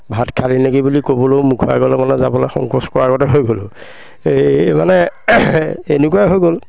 ভাত খালি নেকি বুলি ক'বলৈও মুখৰ আগলৈ মানে যাবলৈ সংকোচ কৰাগতে হৈ গ'লোঁ এই মানে এনেকুৱাই হৈ গ'ল